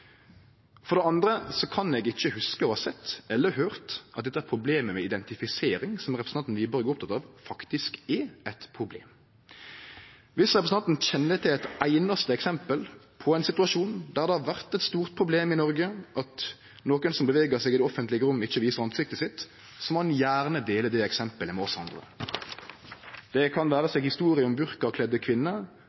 For det andre kan eg ikkje hugse å ha sett eller høyrt at problemet med identifisering, som representanten Wiborg er oppteken av, faktisk er eit problem. Viss representanten kjenner til eit einaste eksempel på ein situasjon der det har vore eit stort problem i Noreg at nokon som beveger seg i det offentlege rommet, ikkje viser ansiktet sitt, må han gjerne dele det eksempelet med oss andre, det vere seg historier om